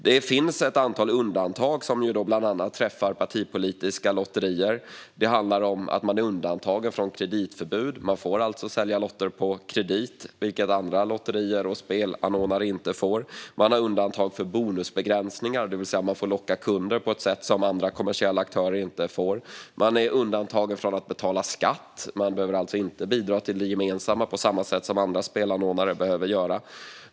Det finns ett antal undantag som bland annat träffar partipolitiska lotterier. Man är undantagen från kreditförbud. Man får alltså sälja lotter på kredit, vilket andra lotterier och spelanordnare inte får. Man är undantagen från bonusbegränsningar. Det vill säga att man får locka kunder på ett sätt som andra kommersiella aktörer inte får. Man är undantagen från att betala skatt. Man behöver alltså inte bidra till det gemensamma på samma sätt som andra spelanordnare behöver göra.